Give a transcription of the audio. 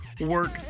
work